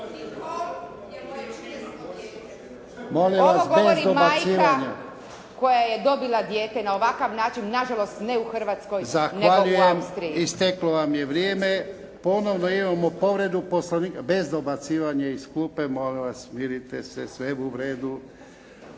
je dobila majka koja je dobila dijete na ovakav način, nažalost ne u Hrvatskoj nego u Austriji.